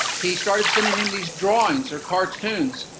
he started sending him these drawings or cartoons,